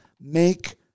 Make